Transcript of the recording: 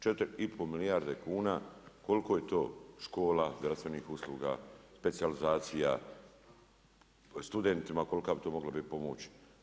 4 i pol milijarde kuna koliko je to škola, zdravstvenih usluga, specijalizacija studentima, kolika bi to mogla bit pomoć.